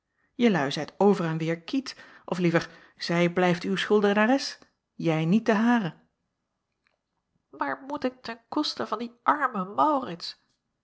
jelui zijt over en weêr quitte of liever zij blijft uw schuldenares jij niet de hare maar moet ik ten koste van dien armen maurits